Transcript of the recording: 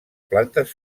plantes